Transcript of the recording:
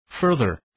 Further